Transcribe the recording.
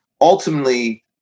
ultimately